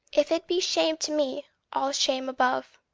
if it be shame to me, all shame above.